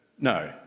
No